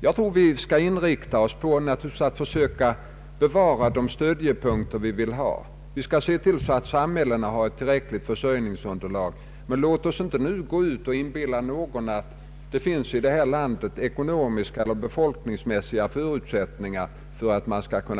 Jag tror att vi skall inrikta oss på att försöka bevara de stödpunkter vi vill ha. Vi skall se till att samhällena har tillräckligt försörjningsunderlag. Men låt oss inte gå ut och inbilla någon att det i det här landet finns ekonomiska eller befolkningsmässiga förutsättningar för rekonstruktion